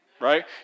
right